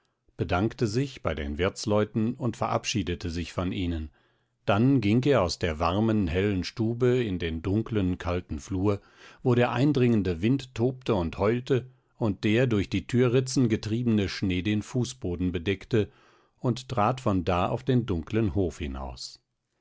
bedankte sich bei den wirtsleuten und verabschiedete sich von ihnen dann ging er aus der warmen hellen stube in den dunklen kalten flur wo der eindringende wind tobte und heulte und der durch die türritzen getriebene schnee den fußboden bedeckte und trat von da auf den dunklen hof hinaus